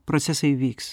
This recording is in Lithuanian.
procesai vyks